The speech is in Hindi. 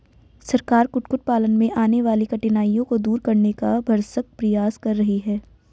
सरकार कुक्कुट पालन में आने वाली कठिनाइयों को दूर करने का भरसक प्रयास कर रही है